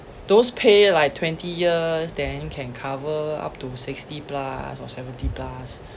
those pay like twenty years then can cover up to sixty plus or seventy plus